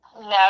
No